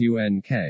UNK